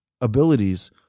abilities